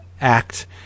act